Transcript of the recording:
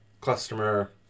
customer